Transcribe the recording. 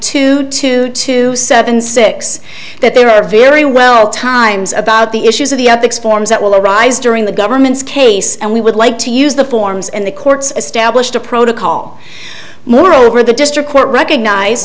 to two to seven six that there are very well times about the issues of the ethics forms that will arise during the government's case and we would like to use the forms and the courts established a protocol moreover the district court recognize